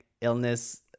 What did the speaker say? illness